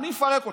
אני אפרק אתכם.